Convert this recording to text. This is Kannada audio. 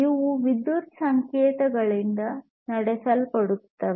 ಇವು ವಿದ್ಯುತ್ ಸಂಕೇತಗಳಿಂದ ನಡೆಸಲ್ಪಡುತ್ತವೆ